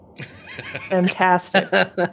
Fantastic